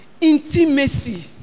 Intimacy